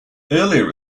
earlier